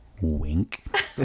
wink